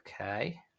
okay